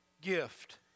gift